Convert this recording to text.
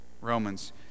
Romans